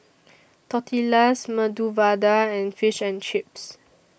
Tortillas Medu Vada and Fish and Chips